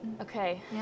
okay